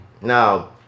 Now